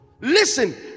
Listen